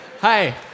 Hi